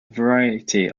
variety